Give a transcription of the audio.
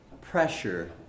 pressure